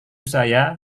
saya